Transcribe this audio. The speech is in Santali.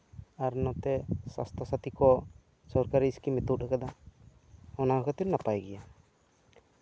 ᱟᱨ ᱱᱚᱛᱮ ᱥᱟᱥᱛᱷᱚᱼᱥᱟᱛᱷᱤ ᱠᱚ ᱥᱚᱨᱠᱟᱨᱤ ᱥᱠᱤᱢᱮ ᱛᱩᱫ ᱟᱠᱟᱫᱟ ᱚᱱᱟ ᱠᱷᱟᱹᱛᱤᱨ ᱱᱟᱯᱟᱭ ᱜᱮᱭᱟ